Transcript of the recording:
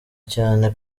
cyane